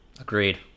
Agreed